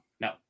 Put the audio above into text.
No